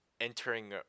entering